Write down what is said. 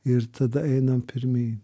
ir tada einam pirmyn